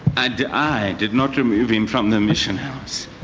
i did i did not remove him from the mission house